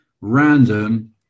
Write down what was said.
random